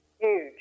Huge